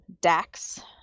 Dax